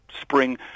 spring